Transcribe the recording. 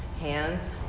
hands